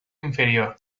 inferior